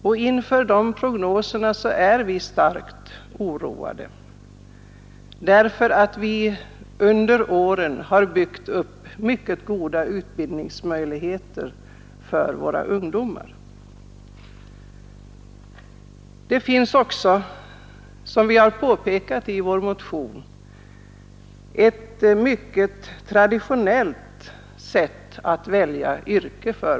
Vi är starkt oroade av de prognoserna, eftersom vi under många år har byggt upp mycket goda utbildningsmöjligheter för våra ungdomar. Som vi påpekat i vår motion har ungdomarna i vårt län ett mycket traditionellt sätt att välja yrke.